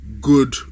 good